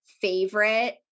favorite